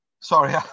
sorry